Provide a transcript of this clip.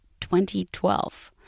2012